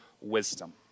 wisdom